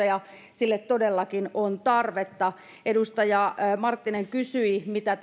ja sille todellakin on tarvetta edustaja marttinen kysyi mitä